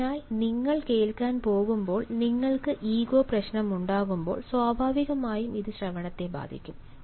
അതിനാൽ നിങ്ങൾ കേൾക്കാൻ പോകുമ്പോൾ നിങ്ങൾക്ക് ഈഗോ പ്രശ്നമുണ്ടാകുമ്പോൾ സ്വാഭാവികമായും ഇത് ശ്രവണത്തെ ബാധിക്കും